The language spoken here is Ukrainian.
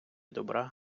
добра